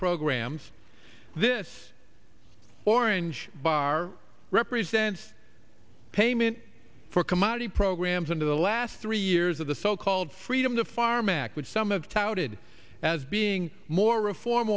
programs this orange bar represents payment for commodity programs into the last three years of the so called freedom to farm act which some of touted as being more reform